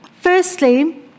Firstly